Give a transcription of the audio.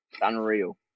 Unreal